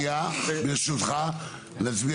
ברשותך,